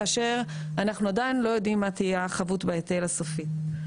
כאשר אנחנו עדיין לא יודעים מה תהיה החבות בהיטל הסופי.